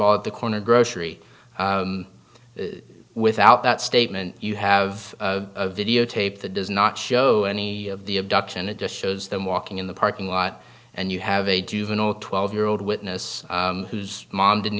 all the corner grocery without that statement you have a videotape that does not show any of the abduction it just shows them walking in the parking lot and you have a juvenile twelve year old witness whose mom didn't